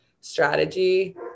strategy